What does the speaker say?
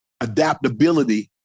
adaptability